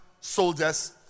Soldiers